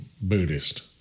Buddhist